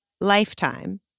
lifetime